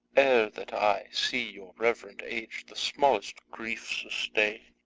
ere that i see your reverend age the smallest grief sustain.